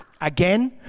Again